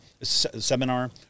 Seminar